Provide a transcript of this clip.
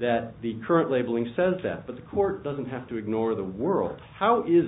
that the current labeling says that but the court doesn't have to ignore the world how is